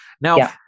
Now